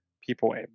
people